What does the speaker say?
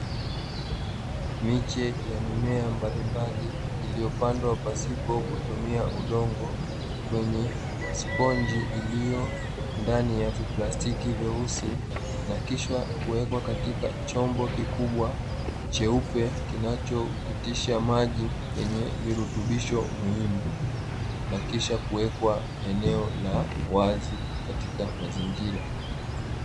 Miche ya mimea mbalimbali iliyopandwa pasipo kutumia udongo, kwenye sponji iliyo ndani ya viplastiki vyeusi na kisha kuwekwa katika chombo kikubwa cheupe kinachopitisha maji yenye virutubisho muhimu, na kisha kuwekwa eneo la wazi katika mazingira.